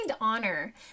honor